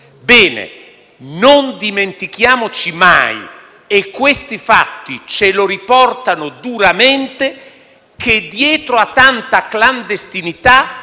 Bene, non dimentichiamoci mai - e questi fatti ce lo riportano duramente - che dietro a tanta clandestinità,